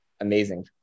amazing